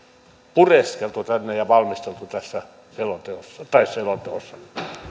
pureskeltu tänne ja valmisteltu tässä selonteossa